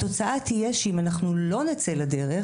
התוצאה תהיה שאם אנחנו לא נצא לדרך,